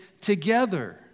together